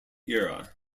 era